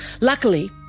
Luckily